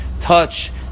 touch